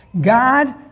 God